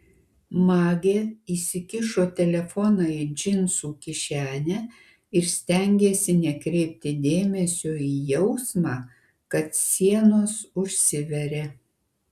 magė įsikišo telefoną į džinsų kišenę ir stengėsi nekreipti dėmesio į jausmą kad sienos užsiveria